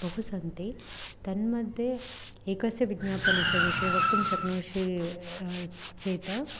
बहु सन्ति तन्मध्ये एकस्य विज्ञापनस्य विषये वक्तुं शक्नोषि चेत्